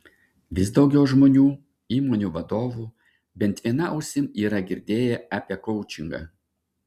vis daugiau žmonių įmonių vadovų bent viena ausimi yra girdėję apie koučingą